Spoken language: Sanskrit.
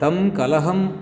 तं कलहं